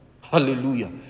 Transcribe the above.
Hallelujah